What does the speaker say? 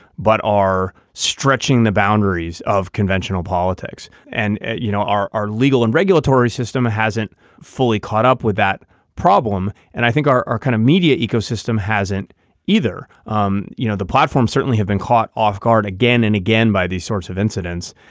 but are stretching the boundaries of conventional politics. and, you know, our our legal and regulatory system hasn't fully caught up with that problem. and i think our our kind of media ecosystem hasn't either. um you know, the platforms certainly have been caught off guard again and again by these sorts of incidents.